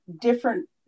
different